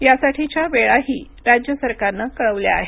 यासाठीच्या वेळाही राज्य सरकारनं कळवल्या आहेत